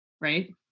right